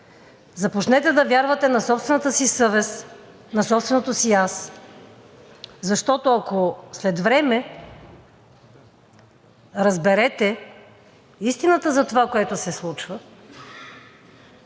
Започнете да вярвате на собствената си съвест, на собственото си аз, защото, ако след време разберете истината за това, което се случва,